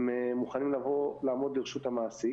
הם מוכנים לבוא, לעמוד לרשות המעסיק